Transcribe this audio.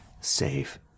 save